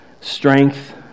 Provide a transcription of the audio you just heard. strength